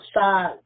side